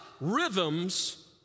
rhythms